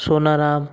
Sonaram